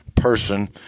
person